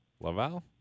Laval